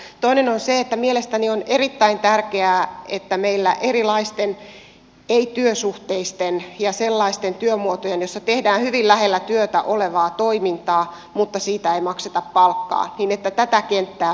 toinen on se että mielestäni on erittäin tärkeää että erilaisten ei työsuhteisten ja sellaisten työmuotojen joissa tehdään hyvin lähellä työtä olevaa toimintaa mutta joista ei makseta palkkaa kenttää meillä puretaan